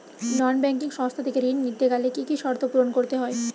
নন banking সংস্থা থেকে ঋণ নিতে গেলে কি কি শর্ত পূরণ করতে হয়?